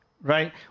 right